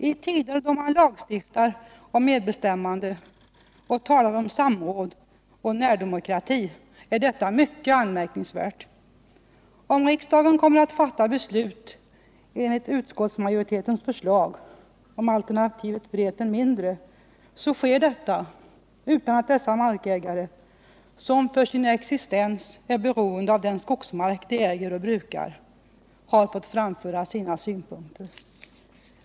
I tider då man lagstiftar om medbestämmande och talar om samråd och närdemokrati är detta mycket anmärkningsvärt. Om riksdagen kommer att fatta beslut enligt utskottsmajoritetens förslag om alternativ Vreten mindre sker det utan att de markägare som för sin existens är beroende av den skogsmark de äger och brukar har fått framföra sina synpunkter.